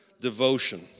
Devotion